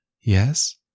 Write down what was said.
Yes